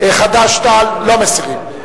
מרצ, אתה לא רוצה?